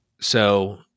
So-